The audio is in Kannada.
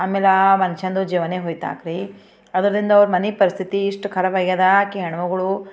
ಆಮೇಲೆ ಆ ಮನುಷ್ಯನದ್ದು ಜೀವವೇ ಹೋಯಿತು ಆ ಕಡೆ ಅದರಿಂದ ಅವರ ಮನೆ ಪರಿಸ್ಥಿತಿ ಎಷ್ಟು ಖರಾಬ್ ಆಗಿದೆ ಆಕಿ ಹೆಣ್ಮಗಳು